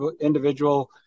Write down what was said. individual